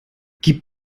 gibt